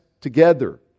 together